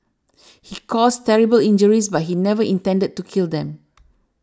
he caused terrible injuries but he never intended to kill them